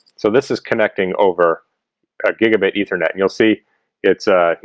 so this is connecting over gigabit ethernet and you'll see it's a you